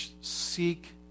seek